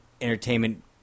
entertainment